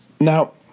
Now